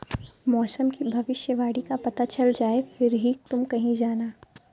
मौसम की भविष्यवाणी का पता चल जाए फिर ही तुम कहीं जाना